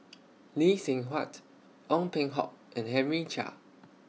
Lee Seng Huat Ong Peng Hock and Henry Chia